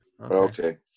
Okay